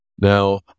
Now